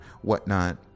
whatnot